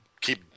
keep